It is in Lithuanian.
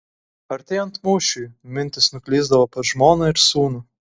artėjant mūšiui mintys nuklysdavo pas žmoną ir sūnų